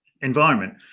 environment